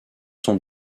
sont